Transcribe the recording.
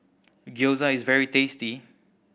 gyoza is very tasty